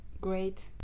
great